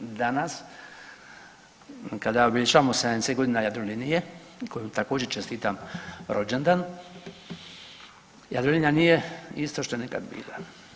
Danas kada obilježavamo 70 godina Jadrolinije kojoj također čestitam rođendan Jadrolinija nije isto što je nekada bila.